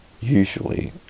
usually